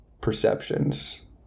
perceptions